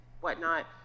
whatnot